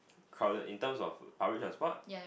crowded in terms of public transport